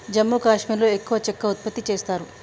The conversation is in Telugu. జమ్మూ కాశ్మీర్లో ఎక్కువ చెక్క ఉత్పత్తి చేస్తారు